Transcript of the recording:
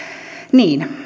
niin